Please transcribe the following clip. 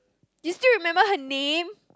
you still remember her name